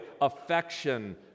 affection